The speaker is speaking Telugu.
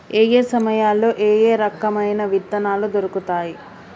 ఏయే సమయాల్లో ఏయే రకమైన విత్తనాలు దొరుకుతాయి?